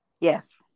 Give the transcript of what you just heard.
Yes